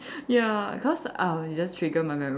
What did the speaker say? ya cause I'll just trigger my memory